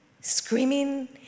screaming